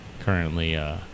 currently